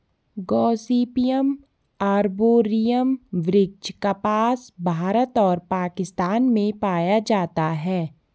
Gossypium arboreum वृक्ष कपास, भारत और पाकिस्तान में पाया जाता है